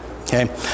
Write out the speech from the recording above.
Okay